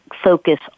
focus